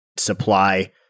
supply